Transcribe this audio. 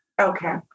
Okay